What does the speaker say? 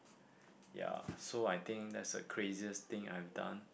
ya so I think that's a craziest thing I have done